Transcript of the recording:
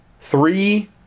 three